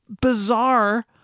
bizarre